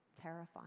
terrifying